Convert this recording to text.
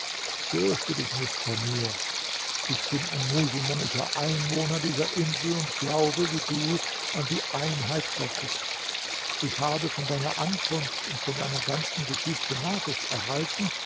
fürchte dich nicht vor mir ich bin ein muselmännischer einwohner dieser insel und glaube wie du an die einheit gottes ich habe von deiner ankunft und von deiner ganzen geschichte nachricht erhalten